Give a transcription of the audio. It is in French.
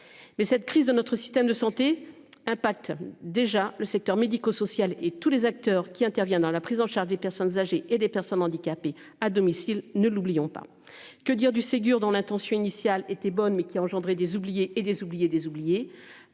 Mais cette crise de notre système de santé impact déjà le secteur médico-social et tous les acteurs qui intervient dans la prise en charge des personnes âgées et des personnes handicapées à domicile, ne l'oublions pas. Que dire du Ségur dans l'intention initiale était bonne, mais qui a engendré des oubliés et des oubliés des oubliés,